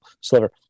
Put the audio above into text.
sliver